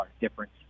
difference